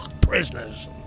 prisoners